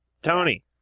Tony